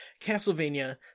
Castlevania